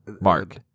Mark